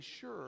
sure